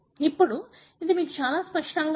ఇప్పుడు అది మాకు చాలా స్పష్టంగా ఉంది